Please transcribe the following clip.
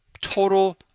total